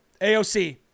AOC